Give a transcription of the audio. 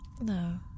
No